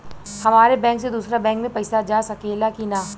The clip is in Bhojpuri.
हमारे बैंक से दूसरा बैंक में पैसा जा सकेला की ना?